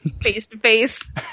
face-to-face